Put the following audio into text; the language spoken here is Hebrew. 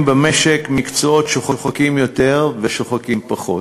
במשק מקצועות שוחקים יותר ושוחקים פחות.